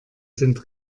sind